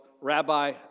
Rabbi